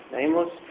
nameless